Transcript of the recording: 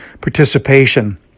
participation